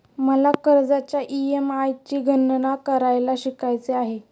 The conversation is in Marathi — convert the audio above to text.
मला कर्जाच्या ई.एम.आय ची गणना करायला शिकायचे आहे